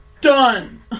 Done